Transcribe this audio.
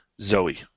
Zoe